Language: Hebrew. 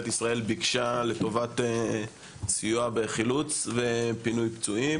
ישראל ביקשה לטובת סיוע בחילוץ ופינוי פצועים.